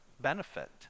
benefit